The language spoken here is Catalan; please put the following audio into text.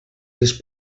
les